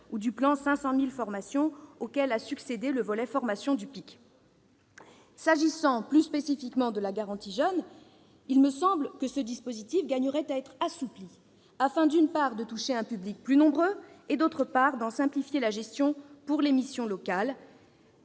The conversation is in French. ou du plan « 500 000 formations », auquel a succédé le volet « formation » du PIC. S'agissant plus spécifiquement de la garantie jeunes, il me semble que ce dispositif gagnerait à être assoupli afin, d'une part, de toucher un public plus nombreux et, d'autre part, d'en simplifier la gestion pour les missions locales.